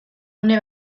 une